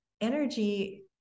energy